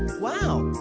wow,